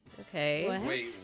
Okay